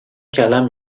کلم